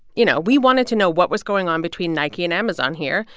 you know, we wanted to know what was going on between nike and amazon here,